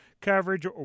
coverage